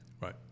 Right